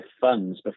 funds